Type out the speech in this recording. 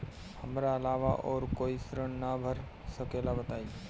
हमरा अलावा और कोई ऋण ना भर सकेला बताई?